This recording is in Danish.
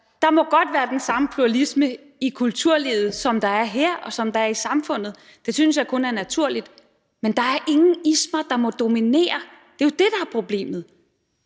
der må godt være den samme pluralisme i kulturlivet, som der er her, og som der er i samfundet. Det synes jeg kun er naturligt. Men der er ingen ismer, der må dominere. Det er jo det, der er problemet.